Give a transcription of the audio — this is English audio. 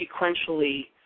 sequentially